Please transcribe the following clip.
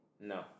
no